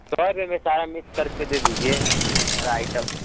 सौ रुपए में सारा मिक्स करके दे दीजिए ये सारा आइटम